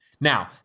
Now